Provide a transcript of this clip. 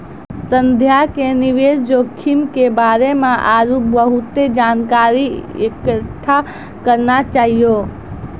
संध्या के निवेश जोखिम के बारे मे आरु बहुते जानकारी इकट्ठा करना चाहियो